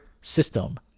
system